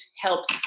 helps